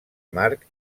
marc